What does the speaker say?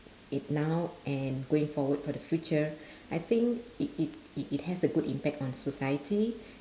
it now and going forward for the future I think it it it it has a good impact on the society